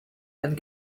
and